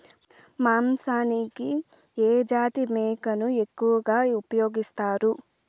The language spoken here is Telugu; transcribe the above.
మాంసానికి ఏ జాతి మేకను ఎక్కువగా ఉపయోగిస్తారు?